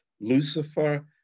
Lucifer